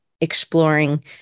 exploring